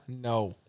no